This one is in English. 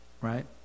right